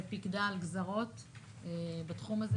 ופיקדה על גזרות בתחום הזה,